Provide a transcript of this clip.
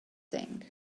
thing